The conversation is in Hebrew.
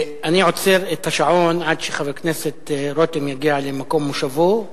אני עוצר את השעון עד שחבר הכנסת רותם יגיע למקום מושבו.